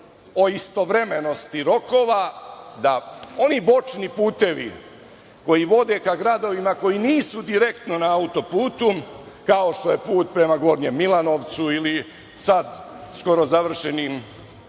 o istovremenosti rokova da oni bočni putevi koji vode ka gradovima koji nisu direktno na autoputu, kao što je put prema Gornjem Milanovcu ili sada skoro završeni